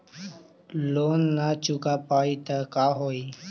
Loan न चुका पाई तब का होई?